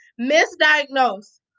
misdiagnosed